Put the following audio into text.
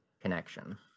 connection